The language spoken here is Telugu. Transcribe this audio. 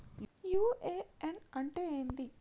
యు.ఎ.ఎన్ అంటే ఏంది?